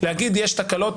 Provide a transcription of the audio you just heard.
להגיד יש תקלות,